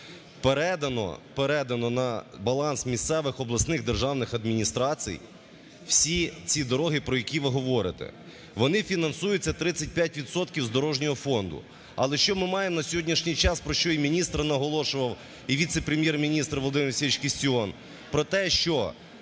передано на баланс місцевих обласних державних адміністрацій всі ці дороги, про які ви говорите. Вони фінансуються 35 відсотків з дорожнього фонду. Але що ми маємо на сьогоднішній час, про що й міністр наголошував і віце-прем’єр-міністр Володимир Євсевійович Кістіон?